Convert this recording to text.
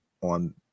on